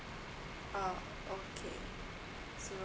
um okay